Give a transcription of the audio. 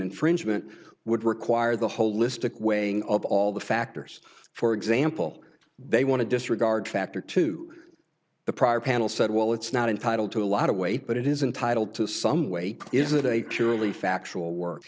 infringement would require the holistic way of all the factors for example they want to disregard factor to the prior panel said well it's not entitled to a lot of weight but it isn't titled to some way is it a purely factual work